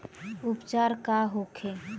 उपचार का होखे?